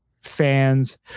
fans